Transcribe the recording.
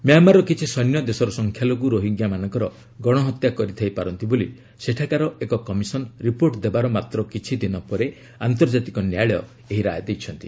ମ୍ୟାମାରର କିଛି ସୈନ୍ୟ ଦେଶର ସଂଖ୍ୟାଲଘୁ ରୋହିଙ୍ଗ୍ୟାମାନଙ୍କର ଗଣହତ୍ୟା କରିଥାଇ ପାରନ୍ତି ବୋଲି ସେଠାକାର ଏକ କମିଶନ ରିପୋର୍ଟ ଦେବାର ମାତ୍ର କିଛି ଦିନ ପରେ ଆନ୍ତର୍ଜାତିକ ନ୍ୟାୟାଳୟ ଏହି ରାୟ ଦେଇଛନ୍ତି